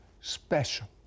special